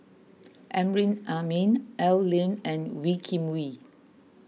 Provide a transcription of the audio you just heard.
Amrin Amin Al Lim and Wee Kim Wee